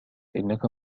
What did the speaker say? إنك